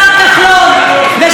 זה ההישג, לא של האופוזיציה.